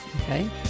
Okay